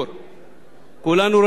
כולנו רואים את התחלות הבנייה,